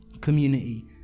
community